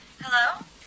Hello